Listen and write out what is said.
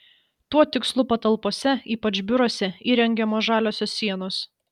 tuo tikslu patalpose ypač biuruose įrengiamos žaliosios sienos